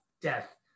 death